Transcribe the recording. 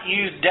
use